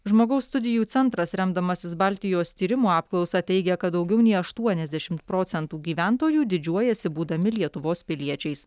žmogaus studijų centras remdamasis baltijos tyrimų apklausa teigia kad daugiau nei aštuoniasdešimt procentų gyventojų didžiuojasi būdami lietuvos piliečiais